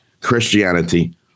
Christianity